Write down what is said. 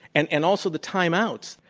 and and also the timeouts